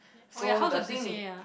so the thing is